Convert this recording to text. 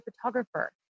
photographer